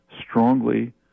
strongly